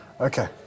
Okay